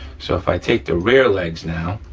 so if i take the rear legs now